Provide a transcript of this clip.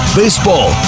baseball